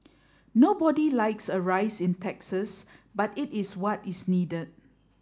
nobody likes a rise in taxes but it is what is needed